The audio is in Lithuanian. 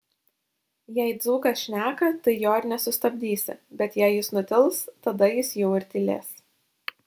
jei dzūkas šneka tai jo ir nesustabdysi bet jei jis nutils tada jis jau ir tylės